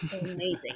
amazing